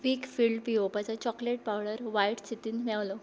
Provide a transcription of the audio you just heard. विकफिल्ड पियोवपाचो chocolate powder वायट स्थितीन मेवलो